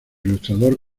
ilustrador